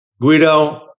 Guido